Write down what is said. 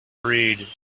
read